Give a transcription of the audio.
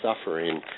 suffering